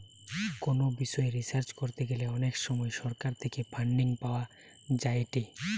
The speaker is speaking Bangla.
কোনো বিষয় রিসার্চ করতে গ্যালে অনেক সময় সরকার থেকে ফান্ডিং পাওয়া যায়েটে